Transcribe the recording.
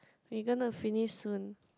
we gonna finish soon